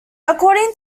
according